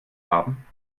haben